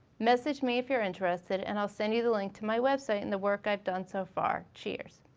message me if you're interested and i'll send you the link to my website and the work i've done so far, cheers.